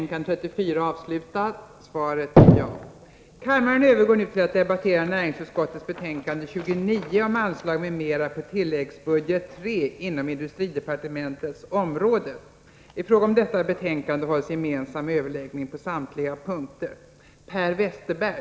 Kammaren övergår nu till att debattera näringsutskottets betänkande 29 om anslag m.m. på tilläggsbudget III inom industridepartementets område. I fråga om detta betänkande hålls gemensam överläggning för samtliga punkter.